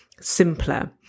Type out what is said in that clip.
simpler